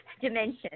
dimension